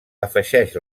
afegeix